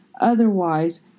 Otherwise